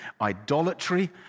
idolatry